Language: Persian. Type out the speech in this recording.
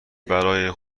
برای